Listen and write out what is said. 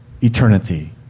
eternity